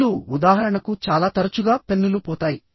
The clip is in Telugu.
పెన్నులు ఉదాహరణకు చాలా తరచుగా పెన్నులు పోతాయి